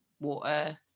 water